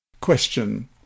Question